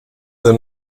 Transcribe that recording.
the